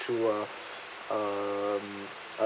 through uh uh